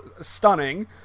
stunning